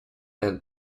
and